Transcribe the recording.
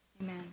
Amen